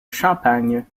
champagne